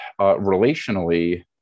relationally